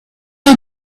the